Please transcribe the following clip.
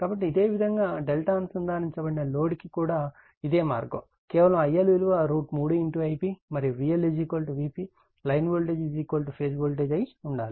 కాబట్టి ఇదే విధంగా Δ అనుసందానించబడిన లోడ్కు కూడా ఇదే మార్గం కేవలం IL విలువ √3 Ip మరియు VL Vp line voltage phase voltage అయి ఉండాలి